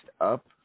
up